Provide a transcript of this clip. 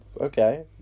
okay